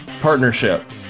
partnership